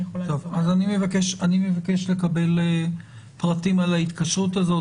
אז אני מבקש לקבל פרטים על ההתקשרות הזאת,